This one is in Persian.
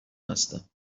هستم